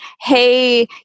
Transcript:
hey